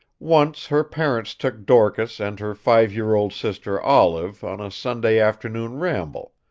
once her parents took dorcas and her five-year-old sister, olive, on a sunday afternoon ramble,